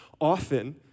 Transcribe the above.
often